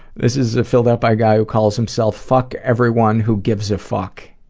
this is filled out by a guy who calls himself fuck everyone who gives a fuck.